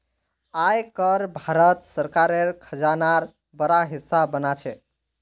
आय कर भारत सरकारेर खजानार बड़ा हिस्सा बना छे